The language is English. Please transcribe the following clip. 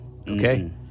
okay